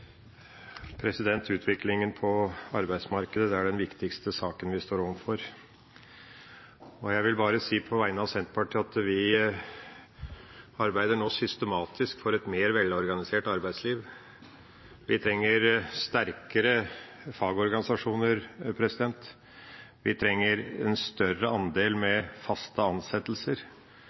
samfunnet. Utviklinga på arbeidsmarkedet er den viktigste saken vi står overfor. Jeg vil si på vegne av Senterpartiet at vi arbeider nå systematisk for et mer velorganisert arbeidsliv. Vi trenger sterkere fagorganisasjoner. Vi trenger en større andel med